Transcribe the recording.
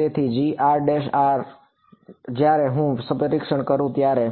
તેથીgrr જ્યારે હું પરીક્ષણ કરું ત્યારે